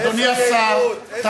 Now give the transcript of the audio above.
איזו יהירות, איזו יהירות.